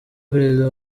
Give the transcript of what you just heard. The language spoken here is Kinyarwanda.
perezida